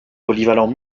polyvalent